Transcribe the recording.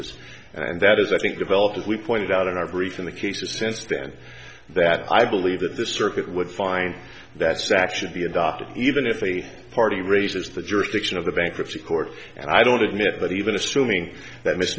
and that is i think developed as we pointed out in our brief in the case of since then that i believe that the circuit would find that sac should be adopted even if the party raises the jurisdiction of the bankruptcy court and i don't admit that even assuming that m